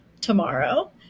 tomorrow